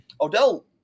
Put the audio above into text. Odell